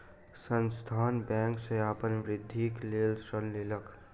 संस्थान बैंक सॅ अपन वृद्धिक लेल ऋण लेलक